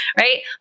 Right